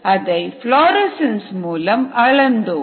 அதை புளோரசன்ஸ் மூலம் அளந்தோம்